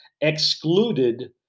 excluded